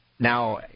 Now